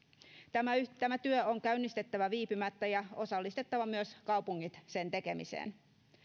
tämä työ on käynnistettävä viipymättä ja osallistettava myös kaupungit sen tekemiseen